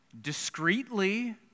discreetly